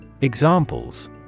Examples